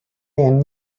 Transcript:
and